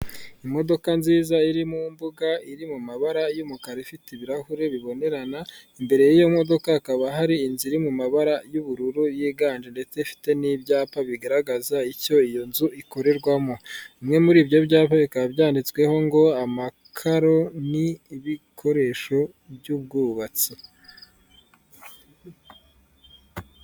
Imodoka nziza iri mu mbuga iri mu mabara y'umukara ifite ibirahure bibonerana, imbere y'iyo modoka hakaba hari inzu iri mu mabara y'ubururu yiganje ndetse ifite n'ibyapa bigaragaza icyo iyo nzu ikorerwamo. Bimwe muri ibyo byapa bikaba byanditsweho ngo amakaro n'ibikoresho by'ubwubatsi.